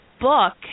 book